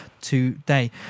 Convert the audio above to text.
today